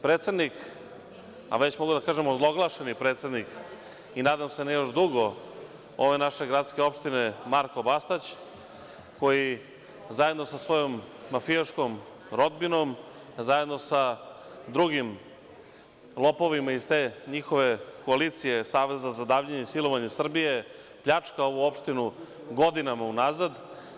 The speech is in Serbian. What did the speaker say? Predsednik, a već mogu da kažem ozloglašeni predsednik, i nadam se ne još dugo, ove naše gradske opštine, Marko Bastać, koji, zajedno sa svojom mafijaškom rodbinom, zajedno sa drugim lopovima iz te njihove koalicije, saveza za davljenje i silovanje Srbije, pljačka ovu opštinu godinama unazad.